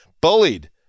bullied